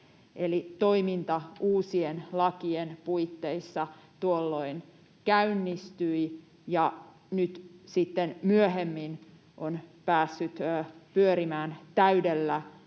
toiminta uusien lakien puitteissa tuolloin käynnistyi ja nyt sitten myöhemmin on päässyt pyörimään täydellä